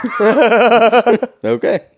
okay